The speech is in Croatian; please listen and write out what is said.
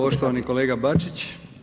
poštovani kolega Bačić.